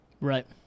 Right